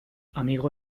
amigo